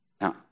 Now